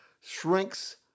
shrinks